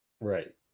right